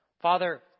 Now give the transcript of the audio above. Father